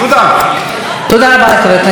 תודה רבה לחבר הכנסת איימן עודה.